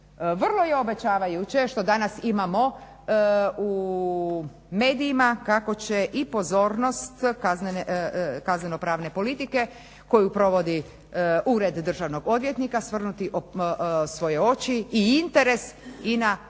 Vrlo je obećavajuće što danas imamo u medijima kako će i pozornost kazneno-pravne politike koju provodi ured državnog odvjetnika svrnuti svoje oči i interes i na lokalnu